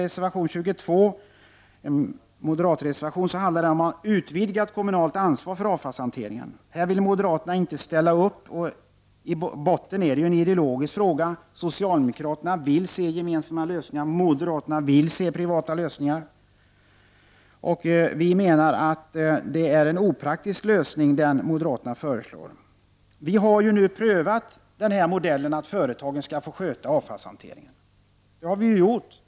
Reservation 22, en moderatreservation, handlar om ett utvidgat kommunalt ansvar för avfallshanteringen. Här vill moderaterna inte ställa upp, och i botten är det en ideologisk fråga — socialdemokraterna vill se gemensamma lösningar, moderaterna vill se privata lösningar. Vi menar att det är en opraktisk lösning som moderaterna föreslår. Vi har tidigare prövat modellen att företagen skall få sköta avfallshanteringen, och hur har det gått?